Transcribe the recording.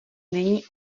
není